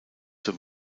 zur